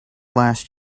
last